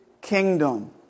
kingdom